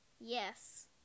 yes